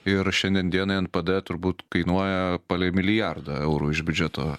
ir šiandien dienai npd turbūt kainuoja palei milijardą eurų iš biudžeto